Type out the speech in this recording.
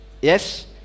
Yes